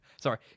Sorry